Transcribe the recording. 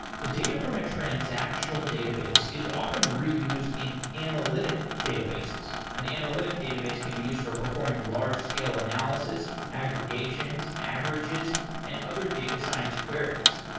the data from a transactional database is often reused in analytic databases. an analytic database can be used for performing large scale analysis, aggregations, averages and other data science queries.